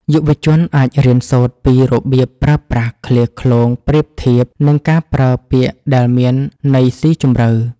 យុវជនអាចរៀនសូត្រពីរបៀបប្រើប្រាស់ឃ្លាឃ្លោងប្រៀបធៀប និងការប្រើពាក្យដែលមានន័យស៊ីជម្រៅ